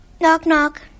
Knock-knock